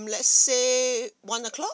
let's say one o'clock